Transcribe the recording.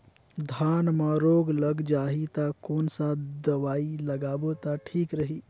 धान म रोग लग जाही ता कोन सा दवाई लगाबो ता ठीक रही?